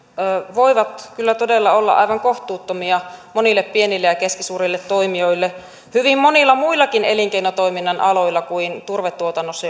voivat kyllä todella olla aivan kohtuuttomia monille pienille ja keskisuurille toimijoille hyvin monilla muillakin elinkeinotoiminnan aloilla kuin turvetuotannossa